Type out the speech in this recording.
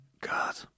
God